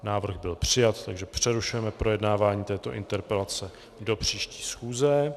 Návrh byl přijat, takže přerušujeme projednávání této interpelace do příští schůze.